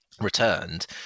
returned